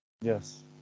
Yes